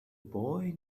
boy